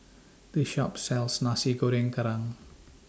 This Shop sells Nasi Goreng Kerang